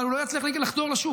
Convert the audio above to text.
אבל הוא לא יצליח לחדור לשוק,